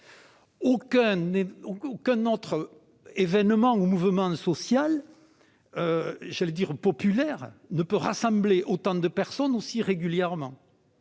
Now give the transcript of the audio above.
Aucun autre événement ou mouvement social populaire ne peut rassembler autant de personnes aussi régulièrement